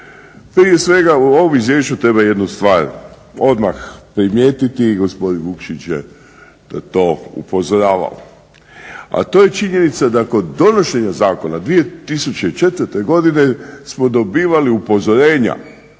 Prije svega, u ovom izvješću treba jednu stvar odmah primijetiti, gospodin Vukšić je na to upozoravao, a to je činjenica da kod donošenja zakona 2004. godine smo dobivali upozorenja,